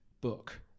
book